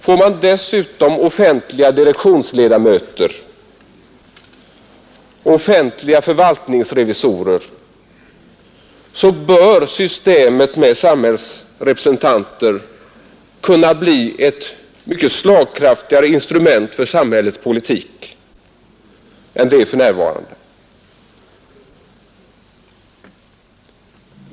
Får man dessutom offentliga direktionsledamöter och offentliga förvaltningsrevisorer, så bör systemet med samhällsrepresentanter kunna bli ett mycket slagkraftigare instrument för samhällets politik än det är för närvarande.